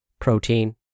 protein